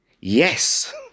yes